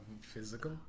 physical